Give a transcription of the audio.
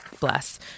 Bless